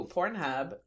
Pornhub